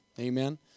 amen